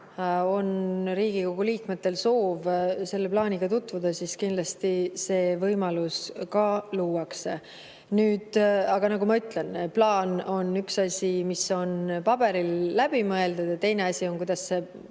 on Riigikogu liikmetel soov selle plaaniga tutvuda, siis kindlasti see võimalus ka luuakse. Aga nagu ma ütlen, üks asi on plaan, mis on paberil läbi mõeldud, ja teine asi on, kuidas see